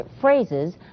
phrases